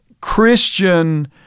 Christian